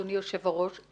אדוני היושב-ראש,